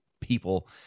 people